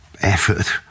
effort